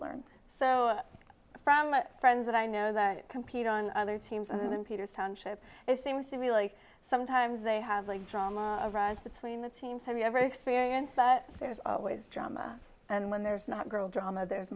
learn so from my friends that i know that compete on other teams and then peters township it seems to me like sometimes they have a drama between the teams have you ever experienced that there's always drama and when there's not a girl drama there's